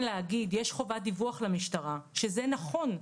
להגיד "יש חוות דיווח למשטרה" שזה נכון,